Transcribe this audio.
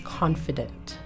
confident